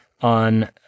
on